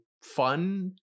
fun